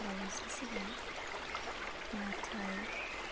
बावैसो सिगां नाथाय